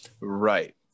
right